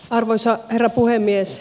arvoisa herra puhemies